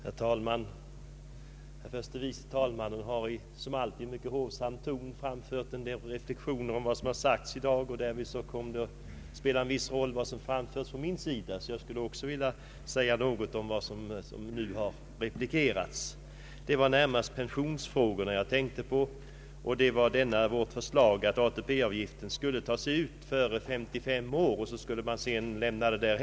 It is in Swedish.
Herr talman! Herr förste vice talmannen har i som alltid mycket hovsam ton framfört en del reflexioner över vad som sagts i dag, och därvid kom vad som framförts från min sida att spela en viss roll. Jag skulle därför också vilja replikera främst i pensionsfrågan. Jag tänker närmast på vårt förslag att ATP-avgiften skulle tas ut endast till 55 års ålder och att man därefter befriades från sådan avgift.